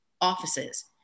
offices